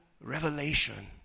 revelation